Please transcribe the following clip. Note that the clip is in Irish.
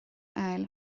fháil